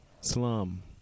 slum